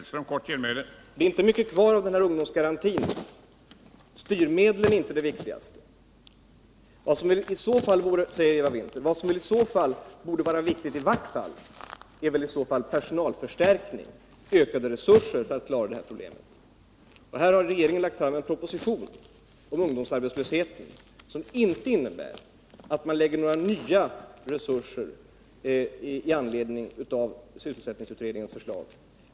Herr talman! Det är inte mycket kvar av den här ungdomsgarantin. Styrmedlen är inte det viktigaste, säger Eva Winther. Vad som då borde vara viktigt är väl i varje fall en personalförstärkning, ökade resurser för att klara problemet. Här har regeringen lagt fram en proposition om ungdomsarbetslösheten som inte innebär att man föreslår några nya resurser med anledning av sysselsättningsutredningens förslag.